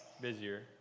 busier